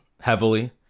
heavily